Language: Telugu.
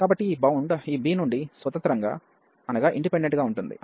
కాబట్టి ఈ బౌండ్ ఈ b నుండి స్వతంత్రంగా ఉంటుంది